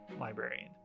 librarian